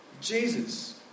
Jesus